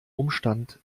umstand